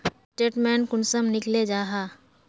Statement कुंसम निकले जाहा?